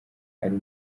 ari